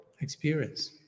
experience